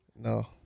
No